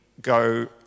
go